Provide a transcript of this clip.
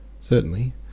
Certainly